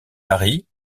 larry